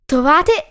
Trovate